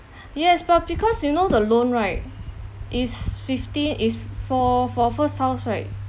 yes but because you know the loan right is fifteen is for for first house right